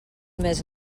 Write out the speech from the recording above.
més